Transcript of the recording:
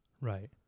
Right